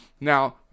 now